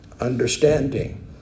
understanding